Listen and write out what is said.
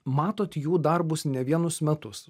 matot jų darbus ne vienus metus